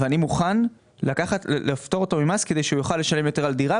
ואני מוכן לפטור אותו ממס כדי שהוא יוכל לשלם יותר על דירה,